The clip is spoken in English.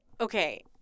okay